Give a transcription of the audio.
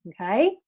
Okay